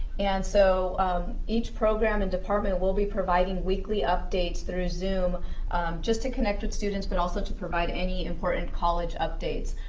and so each program and department will be providing weekly updates through zoom just to connect with students but also to provide any important college updates.